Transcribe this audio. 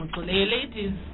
ladies